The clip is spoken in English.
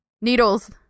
Needles